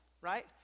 right